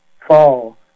fall